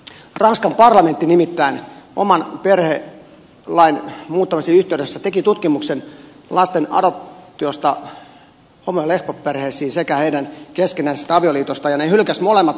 ranskan parlamentti nimittäin oman perhelain muuttamisensa yhteydessä teki tutkimuksen lasten adoptiosta homo ja lesboperheisiin sekä heidän keskinäisistä avioliitoistaan ja se hylkäsi molemmat asiat